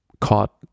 caught